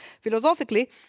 philosophically